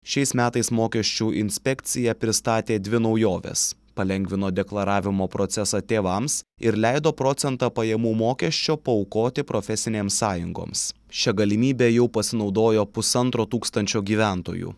šiais metais mokesčių inspekcija pristatė dvi naujoves palengvino deklaravimo procesą tėvams ir leido procentą pajamų mokesčio paaukoti profesinėms sąjungoms šia galimybe jau pasinaudojo pusantro tūkstančio gyventojų